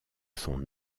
son